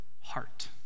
heart